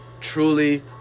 truly